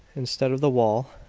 instead of the wall,